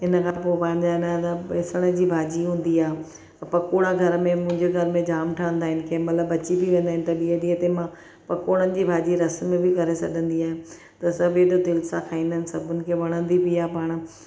हिनखां पोइ पंहिंजे आहे न बेसण जी भाॼी हूंदी आहे पकोड़ा घर में मुंहिंजे घर में जामु ठहंदा आहिनि कंहिं महिल बची बि वेंदा आहिनि त ॾींहं ॾींहं ते मां पकोड़नि जी भाॼी रस में बि करे सघंदी आहियां त सभु एॾो दिलि सां खाईंदा आहिनि सभिनि खे वणंदी बि आहे पाण